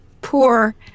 poor